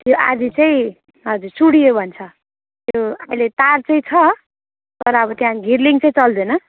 त्यो आदि चाहिँ हजुर चुडियो भन्छ त्यो अहिले तार चाहिँ छ तर अब त्यहाँ घिर्लिङ चाहिँ चल्दैन